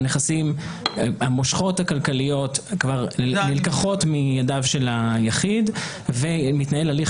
המושכות הכלכליות כבר נלקחות מידיו של היחיד ומתנהל הליך